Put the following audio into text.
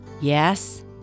Yes